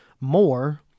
more